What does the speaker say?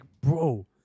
bro